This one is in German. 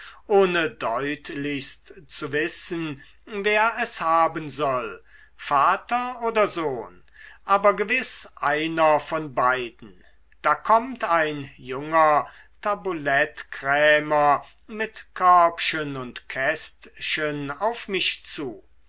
ohne deutlichst zu wissen wer es haben soll vater oder sohn aber gewiß einer von beiden da kommt ein junger tabulettkrämer mit körbchen und kästchen auf mich zu